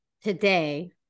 today